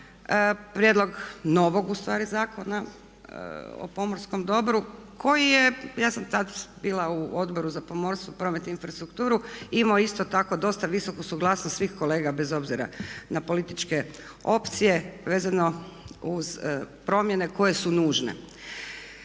prijedlog novog ustvari Zakona o pomorskom dobru koji je, ja sam tada bila u Odboru za pomorstvo, promet i infrastrukturu imao isto tako dosta visoku suglasnost svih kolega bez obzira na političke opcije vezano uz promjene koje su nužne.